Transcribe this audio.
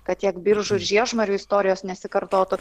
kad tiek biržų ir žiežmarių istorijos nesikartotų